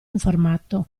informato